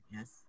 Yes